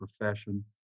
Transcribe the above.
profession